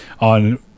on